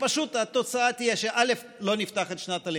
פשוט, התוצאה תהיה שלא נפתח את שנת הלימודים,